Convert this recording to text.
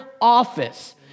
office